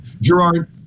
Gerard